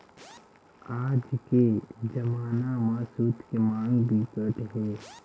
आज के जमाना म सूत के मांग बिकट हे